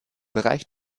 bereich